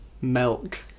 milk